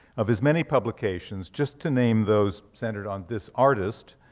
of his many publications, just to name those centered on this artist,